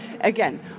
again